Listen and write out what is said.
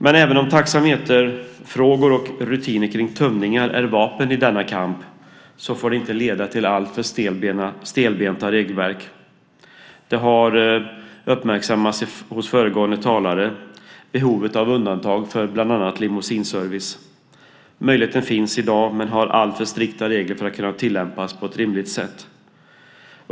Men även om taxameterfrågor och rutiner kring tömningar är vapen i denna kamp får det inte leda till alltför stelbenta regelverk. Behovet av undantag för bland annat limousineservice har uppmärksammats av föregående talare. Möjligheten finns i dag, men reglerna är alltför strikta för att kunna tillämpas på ett rimligt sätt.